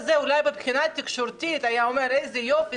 אולי מבחינה תקשורתית היו אומרים: איזה יופי,